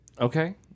Okay